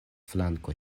flanko